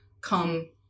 come